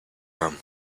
rum